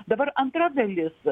dabar antra dalis